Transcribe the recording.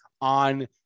on